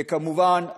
וכמובן,